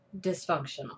dysfunctional